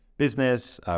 business